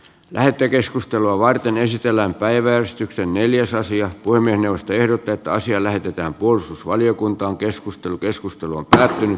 lähetekeskustelua varten esitellään päiväystyksen neljäs asian puiminen josta ehdotetaan siellä heitetään puolustusvaliokunta on keskustelu keskustelu on päättynyt